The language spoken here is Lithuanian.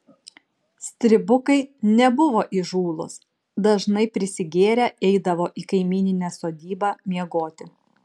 stribukai nebuvo įžūlūs dažnai prisigėrę eidavo į kaimyninę sodybą miegoti